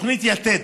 תוכנית יתד,